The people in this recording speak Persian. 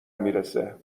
میرسه